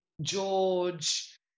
George